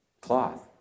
cloth